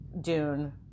Dune